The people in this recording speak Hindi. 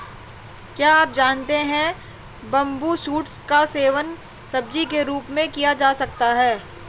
क्या आप जानते है बम्बू शूट्स का सेवन सब्जी के रूप में किया जा सकता है?